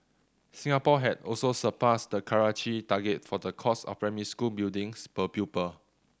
Singapore had also surpassed the Karachi target for the cost of primary school buildings per pupil